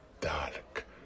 dark